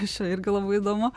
čia irgi labai įdomu